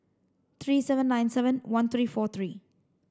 three seven nine seven one three four three